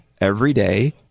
everyday